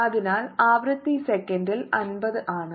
അതിനാൽ ആവൃത്തി സെക്കൻഡിൽ 50 ആണ്